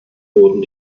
wurden